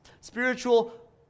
spiritual